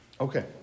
Okay